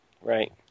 Right